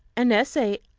an essay,